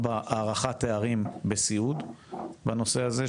ד' הערכת תארים בסיעוד בנושא הזה,